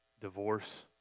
divorce